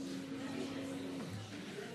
מה זאת אומרת, זה צו השעה.